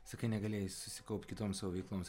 sakai negalėjai susikaupt kitoms savo veikloms